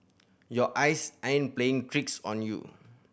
your eyes aren't playing tricks on you